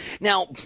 Now